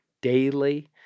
daily